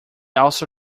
also